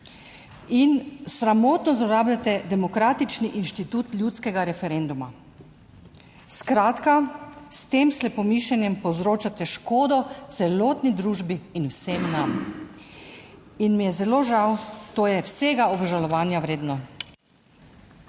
in sramotno zlorabljate demokratični institut ljudskega referenduma. Skratka, s tem slepomišenjem povzročate škodo celotni družbi in vsem nam. In mi je zelo žal. To je vsega obžalovanja vredno.